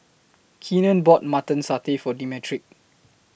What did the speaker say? Keenen bought Mutton Satay For Demetric